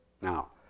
Now